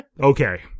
okay